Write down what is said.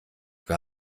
gar